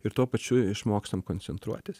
ir tuo pačiu išmokstam koncentruotis